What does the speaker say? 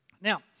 Now